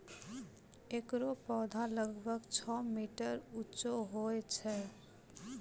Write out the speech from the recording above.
एकरो पौधा लगभग छो मीटर उच्चो होय छै